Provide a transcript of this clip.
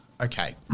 Okay